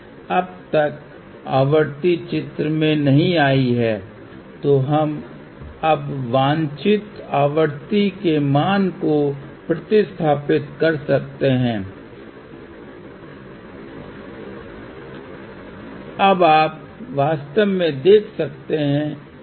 आमतौर पर low pass डिजाइनों को पसंद किया जाता है क्योंकि हाई पास मैचिंग नेटवर्क में अधिक शोर होता है क्योंकि ये सभी चीजें एक विभाजक के रूप में काम कर रही हैं और हम जानते हैं कि विभेदक हमेशा शोर को जोड़ रहे हैं जबकि इंटीग्रेटर्स हमेशा शोर को बाहर कर रहे हैं